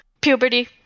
puberty